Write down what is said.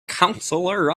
counselor